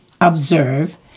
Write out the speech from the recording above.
observe